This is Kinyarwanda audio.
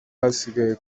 hasigaye